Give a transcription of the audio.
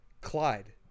Clyde